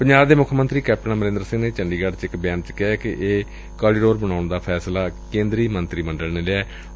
ਪੰਜਾਬ ਦੇ ਮੁੱਖ ਮੰਤਰੀ ਕੈਪਟਨ ਅਮਰਿੰਦਰ ਸਿੰਘ ਨੇ ਚੰਡੀਗੜ ਚ ਇਕ ਬਿਆਨ ਚ ਕਿਹਾ ਕਿ ਇਹ ਕਾਰੀਡੋਰ ਬਣਾਉਣ ਦਾ ਫੈਸਲਾ ਕੱਲੂ ਕੇਂਦਰੀ ਮੰਤਰੀ ਮੰਡਲ ਨੇ ਲਿਐਂ